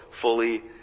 fully